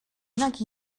nag